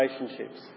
relationships